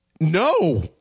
No